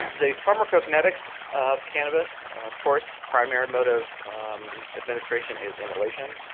the pharmacokinetics of cannabis, of course, primary mode of administration is inhalation,